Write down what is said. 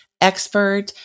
expert